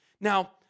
Now